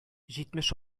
җитмеш